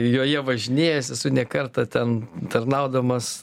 joje važinėjęs esu ne kartą ten tarnaudamas